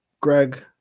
Greg